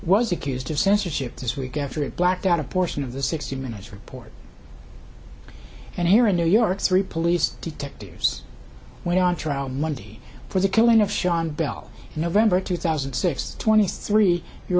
was accused of censorship this week after it blacked out a portion of the sixty minutes report and here in new york three police detectives went on trial monday for the killing of sean bell in november two thousand and six twenty three year